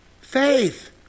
Faith